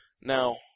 now